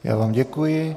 Já vám děkuji.